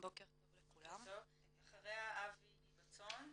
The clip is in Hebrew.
זו עבירה וזה חוסר עמידה בחוק זכויות החולה.